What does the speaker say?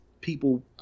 people